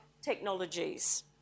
technologies